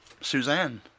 Suzanne